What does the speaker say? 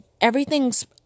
everything's